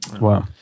Wow